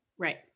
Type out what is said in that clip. Right